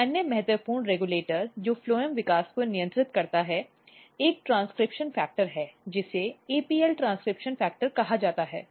एक अन्य महत्वपूर्ण रेगुलेटर जो फ्लोएम विकास को नियंत्रित करता है एक ट्रांसक्रिप्शन फैक्टर है जिसे APL ट्रांसक्रिप्शन फैक्टर कहा जाता है